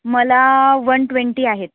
मला one twenty आहेत